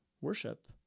worship